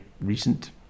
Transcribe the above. recent